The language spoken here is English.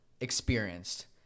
experienced